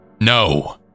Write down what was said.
No